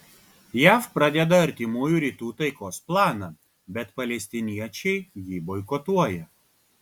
jav pradeda artimųjų rytų taikos planą bet palestiniečiai jį boikotuoja